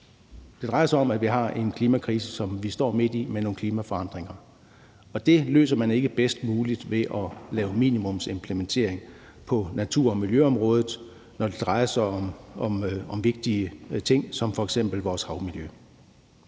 Det drejer sig om, at vi står midt i en klimakrise med nogle klimaforandringer, og det løser man ikke bedst muligt ved at lave minimumsimplementering på natur- og miljøområdet, når det drejer sig om vigtige ting som f.eks. vores havmiljø.